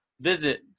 visit